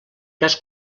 cas